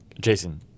Jason